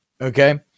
Okay